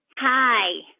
Hi